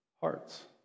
hearts